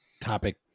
topic